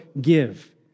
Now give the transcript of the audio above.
give